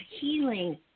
healing